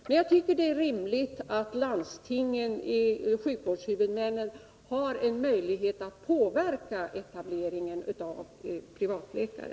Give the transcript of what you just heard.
Men jag tycker att det är rimligt att sjukvårdshuvudmännen har en möjlighet att påverka etableringen av privatläkare.